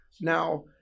Now